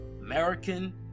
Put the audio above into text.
American